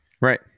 Right